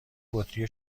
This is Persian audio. بطری